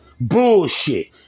Bullshit